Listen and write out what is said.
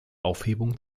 aufhebung